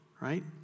right